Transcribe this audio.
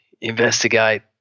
investigate